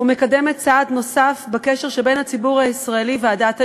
והיא מקדמת בצעד נוסף את הקשר בין הציבור הישראלי והדת היהודית.